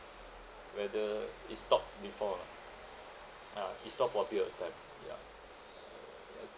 whether it's stopped before or not ah it's stopped for a period of time ya